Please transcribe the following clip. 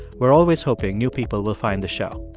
we're always hoping new people will find the show.